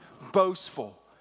boastful